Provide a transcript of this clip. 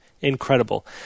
incredible